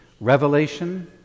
revelation